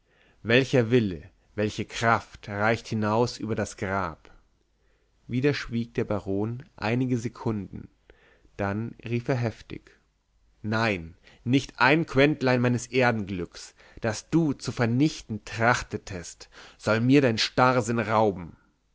welcher wille welche kraft reicht hinaus über das grab wieder schwieg der baron einige sekunden dann rief er heftig nein nicht ein quentlein meines erdenglücks das du zu vernichten trachtetest soll mir dein starrsinn rauben